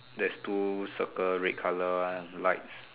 there's two circle red colour one lights